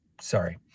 sorry